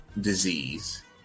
disease